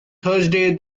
thursday